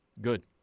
Good